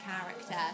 character